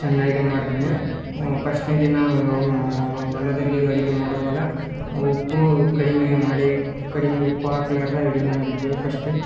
ಚೆನ್ನಾಗಿ ಮಾಡ್ತಿದ್ನ್ಯ ಪಸ್ಟ್ನೆ ದಿನ ಹೊಲದಲ್ಲಿ ಅಡುಗೆ ಮಾಡುವಾಗ ಉಪ್ಪು ಕಡಿಮೆ ಮಾಡಿ ಕಡಿಮೆ ಉಪ್ಪು ಹಾಕ್ಲಾರ್ದೆ ಅಡುಗೆ ಮಾಡಿದ್ದೆ ಪಸ್ಟು